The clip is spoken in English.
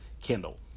Kindle